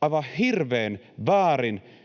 aivan hirveän väärin,